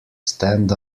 stand